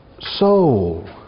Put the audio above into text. soul